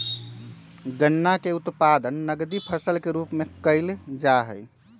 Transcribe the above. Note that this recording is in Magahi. गन्ना के उत्पादन नकदी फसल के रूप में कइल जाहई